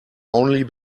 only